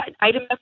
Item